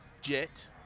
jet